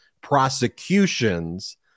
prosecutions